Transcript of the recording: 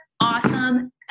awesome